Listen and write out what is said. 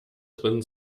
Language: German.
drin